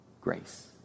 grace